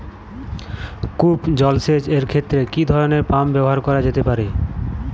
কূপ জলসেচ এর ক্ষেত্রে কি ধরনের পাম্প ব্যবহার করা যেতে পারে?